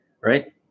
right